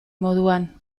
moduan